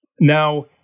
Now